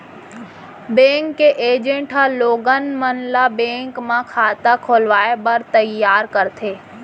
bank के agent ह लोगन मन ल बेंक म खाता खोलवाए बर तइयार करथे